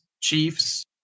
Chiefs